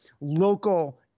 local